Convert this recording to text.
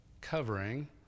covering